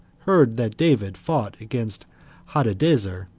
heard that david fought against hadadezer,